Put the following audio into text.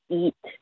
eat